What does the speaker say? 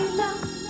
love